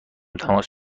تماس